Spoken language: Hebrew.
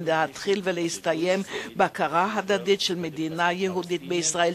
להתחיל ולהסתיים בהכרה הדדית: במדינה יהודית בישראל,